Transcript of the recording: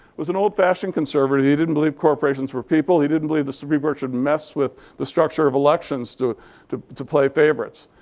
was an old-fashioned conservative. he didn't believe corporations were people. he didn't believe the supreme court should mess with the structure of elections to to play favorites.